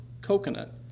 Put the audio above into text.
coconut